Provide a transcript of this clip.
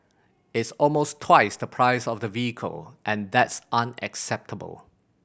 it's almost twice the price of the vehicle and that's unacceptable